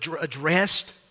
addressed